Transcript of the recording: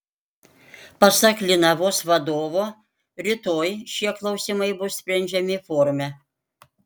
pasak linavos vadovo rytoj šie klausimai bus sprendžiami forume